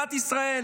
למדינת ישראל: